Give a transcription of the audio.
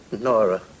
Nora